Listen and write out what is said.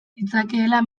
ditzakeela